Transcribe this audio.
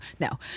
no